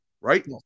right